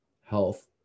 health